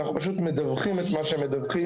אנחנו פשוט מדווחים את מה שמדווחים,